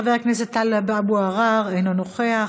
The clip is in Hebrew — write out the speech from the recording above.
חבר הכנסת טלב אבו עראר, אינו נוכח,